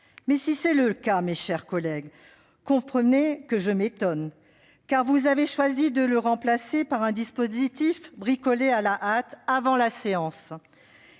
Mais, si c'est le cas, mes chers collègues, comprenez que je m'étonne que vous ayez choisi de la remplacer par un dispositif bricolé à la hâte avant la séance